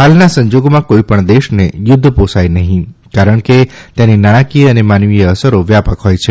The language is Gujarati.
હાલના સંજોગોમાં કોઇપણ દેશને યુદ્ધ પોષાય નહીં કારણ કે તેની નાણાંકીય અને માનવીય અસરો વ્યાપક હોથ છે